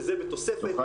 וזה בתוספת